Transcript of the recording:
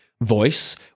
voice